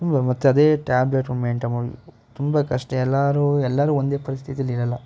ಮತ್ತು ಅದೇ tablet maintain ಮಾಡಿ ತುಂಬ ಕಷ್ಟ ಎಲ್ಲರೂ ಎಲ್ಲರೂ ಒಂದೇ ಪರಿಸ್ಥಿತಿಲಿ ಇರೋಲ್ಲ